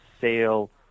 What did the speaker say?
sale